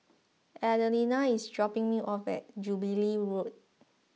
Adelina is dropping me off at Jubilee Road